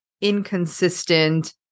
inconsistent